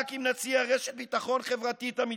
רק אם נציע רשת ביטחון חברתית אמיתית,